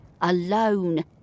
alone